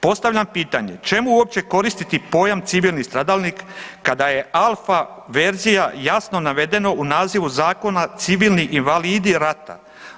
Postavljam pitanje, čemu uopće koristiti pojam civilni stradalnik kada je alfa verzija jasno navedeno u nazivu zakona civilni invalidi rata?